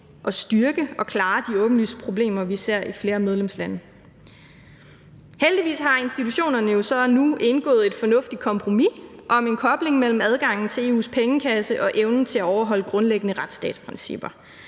at styrke og klare de åbenlyse problemer, vi ser i flere medlemslande. Heldigvis har institutionerne jo så nu indgået et fornuftigt kompromis om en kobling mellem adgangen til EU’s pengekasse og evnen til at overholde grundlæggende retsstatsprincipper.